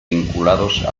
vinculados